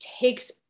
takes